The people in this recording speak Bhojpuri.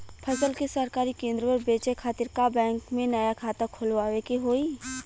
फसल के सरकारी केंद्र पर बेचय खातिर का बैंक में नया खाता खोलवावे के होई?